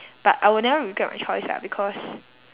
but I will never regret my choice lah because